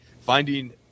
finding